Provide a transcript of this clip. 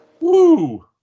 Woo